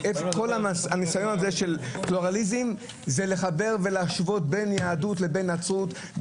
כל הניסיון של פלורליזם זה לחבר ולהשוות בין יהדות לבין נצרות,